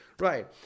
Right